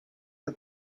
are